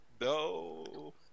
No